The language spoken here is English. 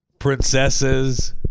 princesses